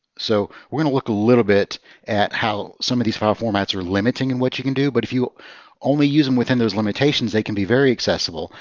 so we're going to look a little bit at how some of these file formats are limiting in what you can do. but if you only use them within those limitations, they can be very accessible.